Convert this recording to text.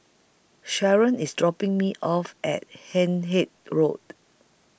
Sharron IS dropping Me off At Hindhede Road